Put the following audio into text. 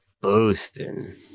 Boosting